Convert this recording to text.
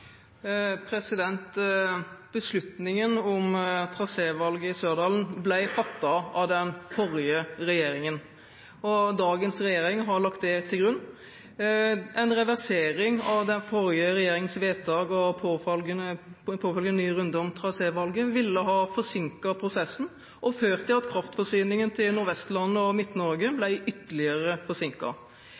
Beslutningen om trasévalget i Sørdalen ble fattet av den forrige regjeringen, og dagens regjering har lagt det til grunn. En reversering av den forrige regjeringens vedtak og en påfølgende ny runde om trasévalget ville ha forsinket prosessen og ført til at kraftforsyningen til Nordvestlandet og Midt-Norge ble ytterligere